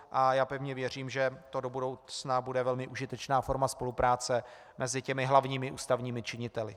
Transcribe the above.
Já pevně věřím, že to do budoucna bude velmi užitečná forma spolupráce mezi hlavními ústavními činiteli.